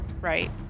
right